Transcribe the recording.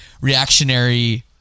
reactionary